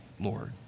Lord